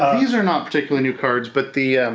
ah these are not particularly new cards but the